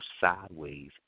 sideways